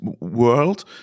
world